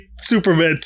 Superman